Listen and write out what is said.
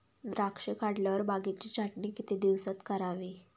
द्राक्षे काढल्यावर बागेची छाटणी किती दिवसात करावी?